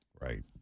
Right